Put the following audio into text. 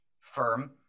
firm